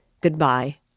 Goodbye